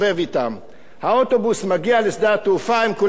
האוטובוס מגיע לשדה התעופה, הם כולם נפרדים ממנו.